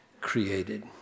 created